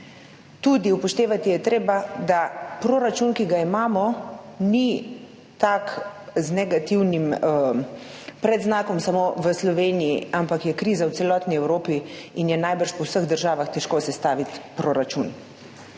Upoštevati je treba tudi, da proračun, ki ga imamo, ni tak, z negativnim predznakom, samo v Sloveniji, ampak je kriza v celotni Evropi in je najbrž po vseh državah težko sestaviti proračun.